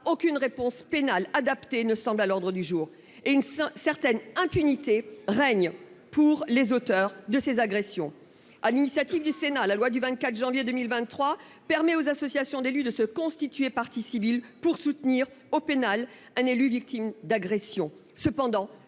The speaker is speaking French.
aucune réponse pénale adaptée ne semble à l'ordre du jour et une certaine impunité règne pour les auteurs de ces agressions, à l'initiative du Sénat la loi du 24 janvier 2023, permet aux associations d'élus, de se constituer partie civile pour soutenir au pénal un élu victimes d'agressions.